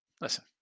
listen